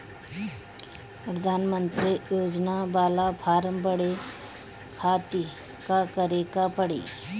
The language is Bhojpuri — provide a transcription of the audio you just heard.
प्रधानमंत्री योजना बाला फर्म बड़े खाति का का करे के पड़ी?